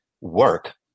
work